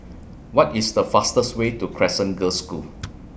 What IS The fastest Way to Crescent Girls' School